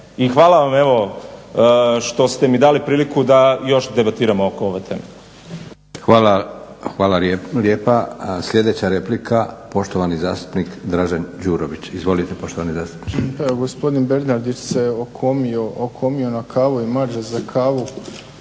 hvala vam eto što ste mi dali priliku da još debatiramo oko ove teme. **Leko, Josip (SDP)** Hvala lijepa. Sljedeća replika poštovani zastupnik Dražen Đurović. Izvolite. **Đurović, Dražen